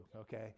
okay